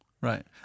right